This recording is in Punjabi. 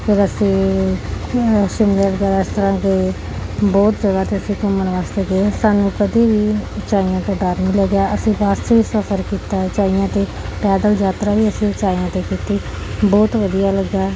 ਫਿਰ ਅਸੀਂ ਵੈਸ਼ਨੋ ਦੇਵੀ ਇਸ ਤਰ੍ਹਾਂ ਬਹੁਤ ਜਗ੍ਹਾ 'ਤੇ ਅਸੀਂ ਘੁੰਮਣ ਵਾਸਤੇ ਗਏ ਸਾਨੂੰ ਕਦੀ ਵੀ ਉਚਾਈਆਂ ਤੋਂ ਡਰ ਨਹੀਂ ਲੱਗਿਆ ਅਸੀਂ ਬਸ ਵਿਚ ਸਫਰ ਕੀਤਾ ਉਚਾਈਆਂ 'ਤੇ ਪੈਦਲ ਯਾਤਰਾ ਵੀ ਅਸੀਂ ਉਚਾਈਆਂ 'ਤੇ ਕੀਤੀ ਬਹੁਤ ਵਧੀਆ ਲੱਗਿਆ